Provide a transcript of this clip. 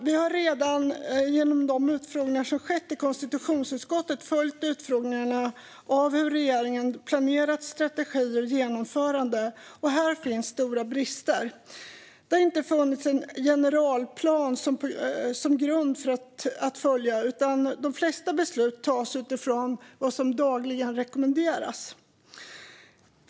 Vi har genom de utfrågningar som skett i konstitutionsutskottet kunnat följa hur regeringen planerat strategi och genomförande. Här finns stora brister. Det har inte funnits en generalplan som grund att följa, utan de flesta beslut fattas utifrån vad som för dagen rekommenderas.